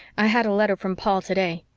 i had a letter from paul today.